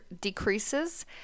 decreases